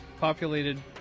populated